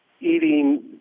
eating